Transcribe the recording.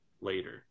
later